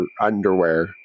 underwear